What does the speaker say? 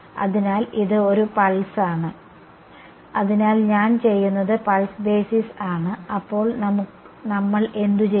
അതിനാൽ ഇത് ഒരു പൾസ് ആണ് അതിനാൽ ഞാൻ ചെയ്യുന്നത് പൾസ് ബേസിസ് ആണ് അപ്പോൾ നമ്മൾ എന്തുചെയ്യും